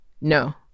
no